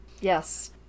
Yes